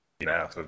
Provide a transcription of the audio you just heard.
Now